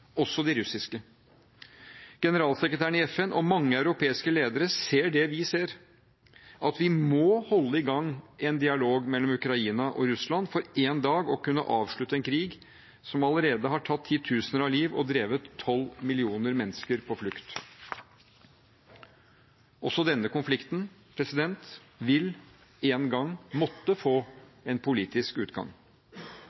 også de russiske. Generalsekretæren i FN og mange europeiske ledere ser det vi ser: at vi må holde i gang en dialog mellom Ukraina og Russland for en dag å kunne avslutte en krig som allerede har tatt titusener av liv og drevet 12 millioner mennesker på flukt. Også denne konflikten vil – en gang – måtte få